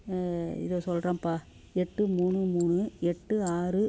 இதோ சொல்றேம்ப்பா எட்டு மூணு மூணு எட்டு ஆறு